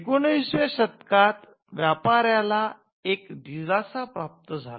१९ व्या शतकात व्यापाऱ्याला एक दिलासा प्राप्त झाला